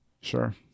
Sure